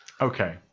Okay